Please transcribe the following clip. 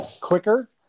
quicker